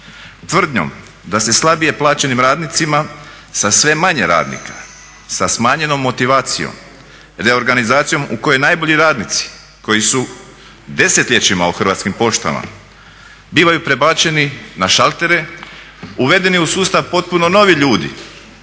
Tvrdnjom da se slabije plaćenim radnicima sa sve manje radnika, sa smanjenom motivacijom, reorganizacijom u kojoj najbolji radnici koji su desetljećima u Hrvatskim poštama bivaju prebačeni na šaltere uvedeni u sustav potpuno novi ljudi,